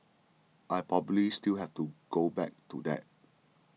I probably still have to go back to that